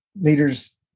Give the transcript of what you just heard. leaders